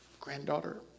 granddaughter